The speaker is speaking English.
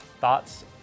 Thoughts